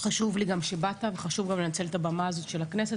חשוב לי גם שבאת וחשוב גם לנצל את הבמה הזאת של הכנסת,